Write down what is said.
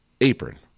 apron